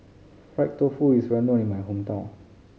fried tofu is well known in my hometown